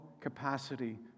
capacity